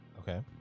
Okay